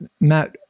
Matt